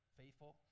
faithful